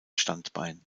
standbein